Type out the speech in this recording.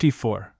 54